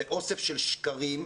זה אוסף של שקרים,